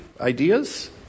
ideas